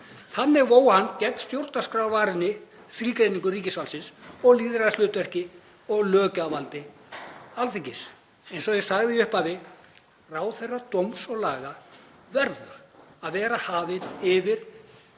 Þannig vó hann gegn stjórnarskrárvarinni þrígreiningu ríkisvaldsins og lýðræðishlutverki og löggjafarvaldi Alþingis. Eins og ég sagði í upphafi: Ráðherra dóms og laga verður að vera hafinn yfir